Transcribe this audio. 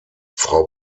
frau